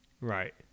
right